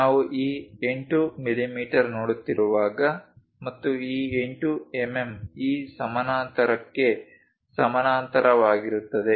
ನಾವು ಈ 8 ಮಿಮೀ ನೋಡುತ್ತಿರುವಾಗ ಮತ್ತು ಈ 8 ಎಂಎಂ ಈ ಸಮಾನಾಂತರಕ್ಕೆ ಸಮಾನಾಂತರವಾಗಿರುತ್ತದೆ